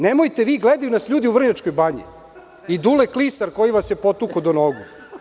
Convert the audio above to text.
Nemojte, gledaju nas ljudi u Vrnjačkoj banji i Dule Klisar koji vas je potukao do nogu.